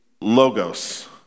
logos